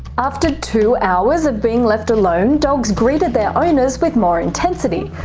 after two hours of being left alone, dogs greeted their owners with more intensity,